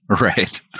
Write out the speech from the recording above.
right